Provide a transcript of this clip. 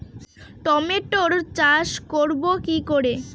টমেটোর চাষ করব কি করে?